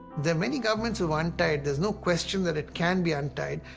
there are many governments who've untied, there's no question that it can be untied,